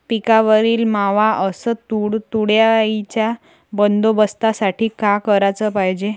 पिकावरील मावा अस तुडतुड्याइच्या बंदोबस्तासाठी का कराच पायजे?